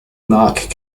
mark